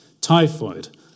Typhoid